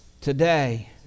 Today